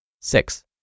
Six